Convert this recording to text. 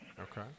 Okay